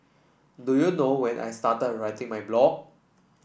do you know when I started writing my blog